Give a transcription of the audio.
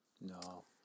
No